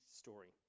story